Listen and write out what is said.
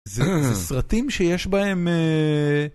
זה סרטים שיש בהם אהההההההההה